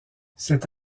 cet